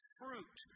fruit